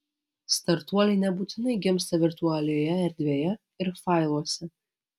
startuoliai nebūtinai gimsta virtualioje erdvėje ir failuose